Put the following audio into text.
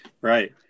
Right